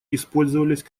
использовались